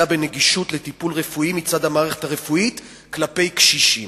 בנגישות לטיפול רפואי מצד המערכת הרפואית כלפי קשישים.